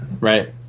Right